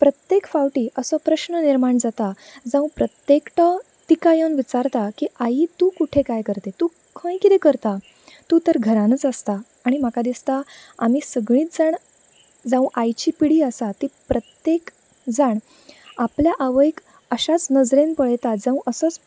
प्रत्तेक फावटी असो प्रस्न निर्माण जाता जाऊ प्रत्तेकटो तिका येवन विचारता की आई तूं कुठे कांय करते तूं खंय किरें करता तूं तर घरानूच आसता आनी म्हाका दिसता आमी सगळीच जाण जावूं आयची पिडी आसा ती प्रत्तेक जाण आपल्या आवयक अश्याच नजरेन पळेतात जावं असोच